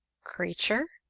creature?